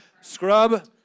Scrub